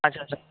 আচ্ছা আচ্ছা